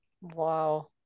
Wow